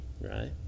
right